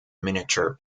miniature